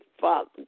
Father